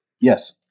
Yes